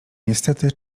niestety